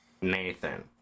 Nathan